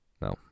No